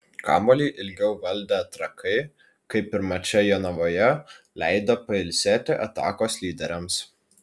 kamuolį ilgiau valdę trakai kaip ir mače jonavoje leido pailsėti atakos lyderiams